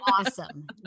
awesome